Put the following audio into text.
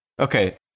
Okay